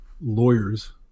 lawyers